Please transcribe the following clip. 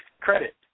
Credit